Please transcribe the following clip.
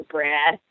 Brad